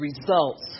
results